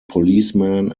policeman